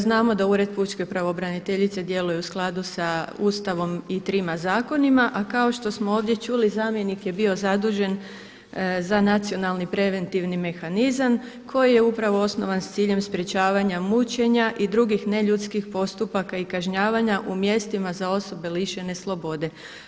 Znamo da Ured pučke pravobraniteljice djeluje u skladu sa Ustavom i trima zakonima, a kao što smo ovdje čuli zamjenik je bio zadužen za nacionalni preventivni mehanizam koji je upravo osnovan s ciljem sprečavanja mučenja i drugih neljudskih postupaka i kažnjavanja u mjestima za osobe lišene slobode.